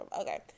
Okay